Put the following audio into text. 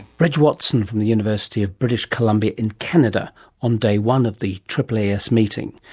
reg watson from the university of british columbia in canada on day one of the aaas meeting.